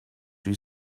you